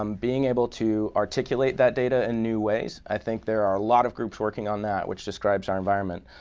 um being able to articulate that data in new ways. i think there are a lot of groups working on that, which describes our environment.